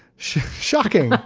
shocking!